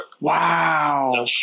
Wow